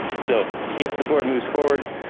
so if the board moves forward,